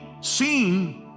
seen